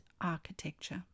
architecture